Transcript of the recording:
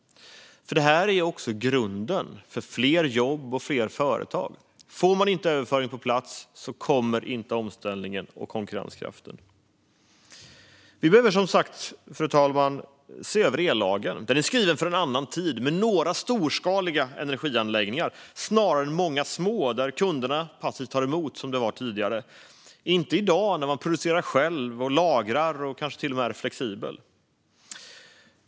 Detta är även grunden för fler jobb och fler företag. Får man inte överföring på plats kommer inte omställningen och konkurrenskraften. Vi behöver som sagt, fru talman, se över ellagen. Den är skriven för en annan tid med några storskaliga energianläggningar där kunderna passivt tog emot, inte som i dag med många små anläggningar där man producerar själv, lagrar och kanske till och med är flexibel.